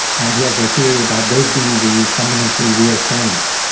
and he has a theory about those being the fundamentally real things,